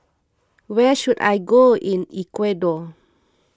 where should I go in Ecuador